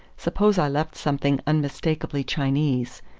suppose i left something unmistakably chinese?